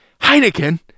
Heineken